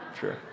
Sure